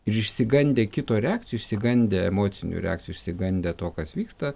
ir išsigandę kito reakcijų išsigandę emocinių reakcijų išsigandę to kas vyksta